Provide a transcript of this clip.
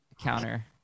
counter